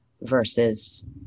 versus